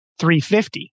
350